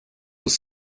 was